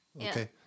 Okay